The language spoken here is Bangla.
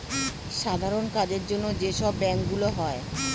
সাধারণ কাজের জন্য যে সব ব্যাংক গুলো হয়